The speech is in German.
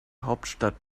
hauptstadt